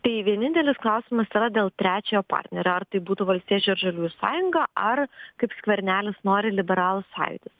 tai vienintelis klausimas yra dėl trečiojo partnerio ar tai būtų valstiečių ir žaliųjų sąjunga ar kaip skvernelis nori liberalų sąjūdis